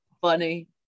funny